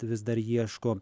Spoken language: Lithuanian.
vis dar ieško